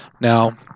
Now